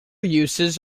uses